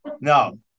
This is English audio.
No